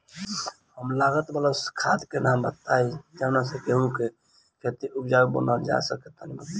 कम लागत वाला खाद के नाम बताई जवना से गेहूं के खेती उपजाऊ बनावल जा सके ती उपजा?